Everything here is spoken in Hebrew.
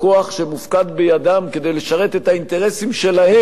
שמופקד בידם כדי לשרת את האינטרסים שלהם,